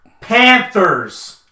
Panthers